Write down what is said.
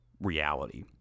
reality